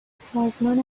سازمان